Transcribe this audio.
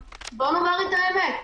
בואו נאמר גם את האמת,